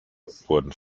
wurden